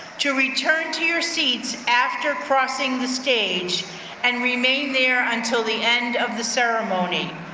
to return to your seats after crossing the stage and remain there until the end of the ceremony.